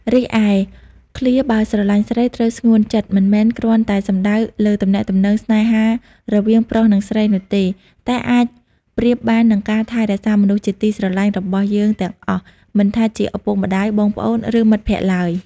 រីឯឃ្លា បើស្រឡាញ់ស្រី ត្រូវស្ងួនចិត្ត មិនមែនគ្រាន់តែសំដៅលើទំនាក់ទំនងស្នេហារវាងប្រុសនិងស្រីនោះទេ តែអាចប្រៀបបាននឹងការថែរក្សាមនុស្សជាទីស្រឡាញ់របស់យើងទាំងអស់ មិនថាជាឪពុកម្តាយ បងប្អូន ឬមិត្តភក្តិឡើយ។